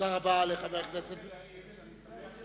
תודה רבה לחבר הכנסת, אשכנזים.